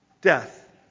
death